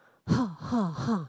ha ha ha